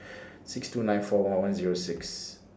six two nine four one one Zero six